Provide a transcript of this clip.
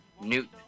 Newton